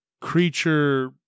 creature